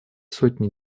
сотни